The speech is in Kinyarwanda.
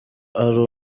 ari